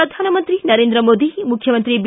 ಪ್ರಧಾನಮಂತ್ರಿ ನರೇಂದ್ರ ಮೋದಿ ಮುಖ್ಯಮಂತ್ರಿ ಬಿ